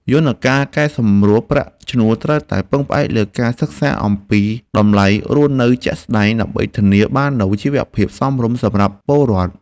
យន្តការកែសម្រួលប្រាក់ឈ្នួលត្រូវតែផ្អែកលើការសិក្សាអំពីតម្លៃរស់នៅជាក់ស្តែង ដើម្បីធានាបាននូវជីវភាពសមរម្យសម្រាប់ពលរដ្ឋ។